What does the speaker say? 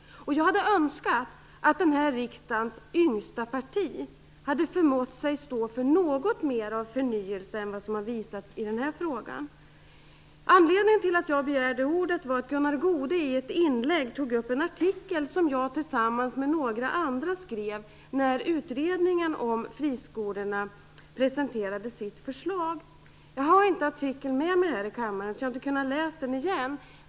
Jag hade önskat att den här riksdagens yngsta parti hade förmåtts stå för något mer av förnyelse än vad som har visats i denna fråga. Anledningen till att jag begärde ordet var att Gunnar Goude i ett inlägg tog upp en artikel som jag tillsammans med några andra skrev när utredningen om friskolorna presenterade sitt förslag. Jag har inte artikeln med mig till kammaren, så jag har inte kunnat läsa den igen.